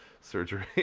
surgery